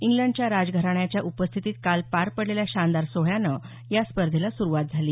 इंग्लंडच्या राजघराण्याच्या उपस्थित काल पार पडलेल्या शानदार सोहळ्यानं या स्पर्धेला सुरूवात झाली